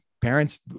parents